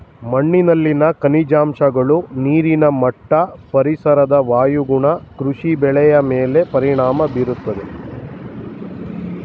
ಮಣ್ಣಿನಲ್ಲಿನ ಖನಿಜಾಂಶಗಳು, ನೀರಿನ ಮಟ್ಟ, ಪರಿಸರದ ವಾಯುಗುಣ ಕೃಷಿ ಬೆಳೆಯ ಮೇಲೆ ಪರಿಣಾಮ ಬೀರುತ್ತದೆ